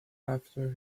after